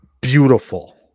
beautiful